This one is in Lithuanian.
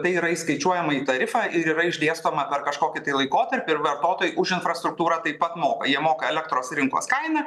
tai yra įskaičiuojama į tarifą ir yra išdėstoma per kažkokį tai laikotarpį ir vartotojai už infrastruktūrą taip apmoka jie moka elektros rinkos kainą